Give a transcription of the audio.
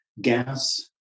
Gas